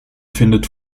findet